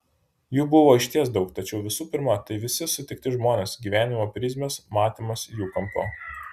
jų buvo išties daug tačiau visų pirma tai visi sutikti žmonės gyvenimo prizmės matymas jų kampu